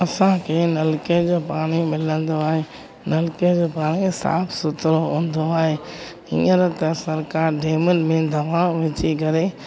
असांखे नलके जो पाणी मिलंदो आहे नलके जो पाणी साफ़ु सुथिरो हूंदो आहे हींअर त सरकारु धेमल में दवाऊं विझी करे